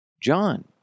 John